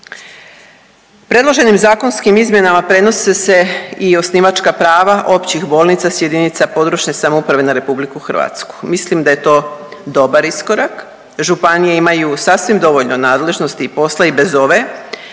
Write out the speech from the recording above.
Predloženim zakonskim izmjenama prenose se i osnivačka prava općih bolnica s jedinica područne samouprave na RH. Mislim da je to dobar iskorak. Županije imaju sasvim dovoljno nadležnosti i posla i bez ove,